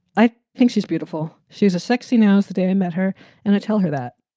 i think she's beautiful. she's a sexy. now's the day i met her and i tell her that.